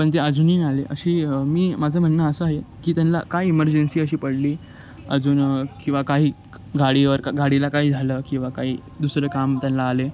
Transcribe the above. पण ते अजूनही आले अशी मी माझं म्हणणं असं आहे की त्यांना काय इमर्जन्सी अशी पडली अजून किंवा काही गाडीवर का गाडीला काही झालं किंवा काही दुसरं काम त्यांना आले